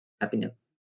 Happiness